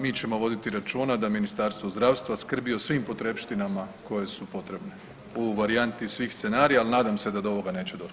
Mi ćemo voditi računa da Ministarstvo zdravstva skrbi o svim potrepštinama koje su potrebne u varijanti svih scenarija, ali nadam se da do ovoga neće doć.